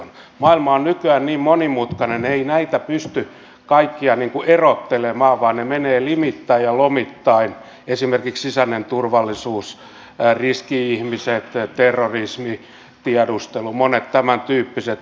maailma on nykyään niin monimutkainen ei näitä pysty kaikkia erottelemaan vaan ne menevät limittäin ja lomittain esimerkiksi sisäinen turvallisuus riski ihmiset terrorismi tiedustelu monet tämäntyyppiset